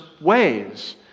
ways